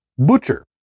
Butcher